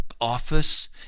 office